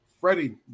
Freddie